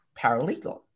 paralegal